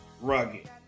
rugged